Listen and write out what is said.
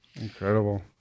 Incredible